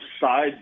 side